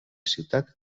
ciutat